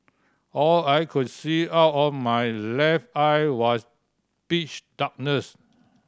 all I could see out of my left eye was pitch darkness